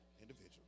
individual